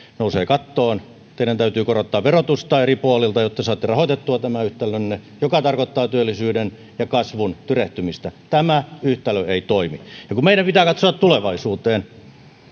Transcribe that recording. nousevat kattoon teidän täytyy korottaa verotusta eri puolilta jotta saatte rahoitettua tämän yhtälönne mikä tarkoittaa työllisyyden ja kasvun tyrehtymistä tämä yhtälö ei toimi meidän pitää katsoa tulevaisuuteen